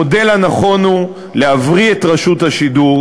המודל הנכון הוא להבריא את רשות השידור,